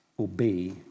Obey